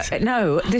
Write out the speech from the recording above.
No